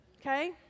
Okay